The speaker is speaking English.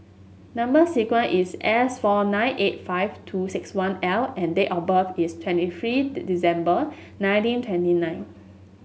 number sequence is S four nine eight five two six one L and date of birth is twenty three December nineteen twenty nine